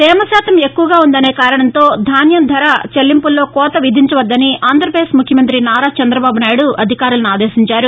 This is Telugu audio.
తేమశాతం ఎక్కువగా ఉందనే కారణంతో ధాన్యం ధర చెల్లింపుల్లో కోత విధించవద్దని ఆంధ్రప్రదేశ్ ముఖ్యమంతి నారా చంద్రబాబు నాయుడు అధికారులను ఆదేశించారు